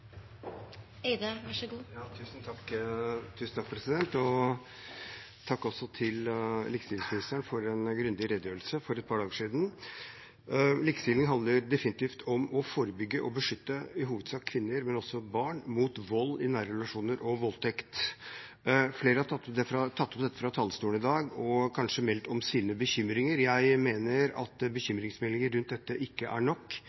Takk til likestillingsministeren for en grundig redegjørelse for et par dager siden. Likestilling handler definitivt om å forebygge og beskytte – i hovedsak kvinner, men også barn – mot vold i nære relasjoner og voldtekt. Flere har tatt opp dette fra talerstolen i dag og kanskje meldt om sine bekymringer. Jeg mener at bekymringsmeldinger rundt dette ikke er nok.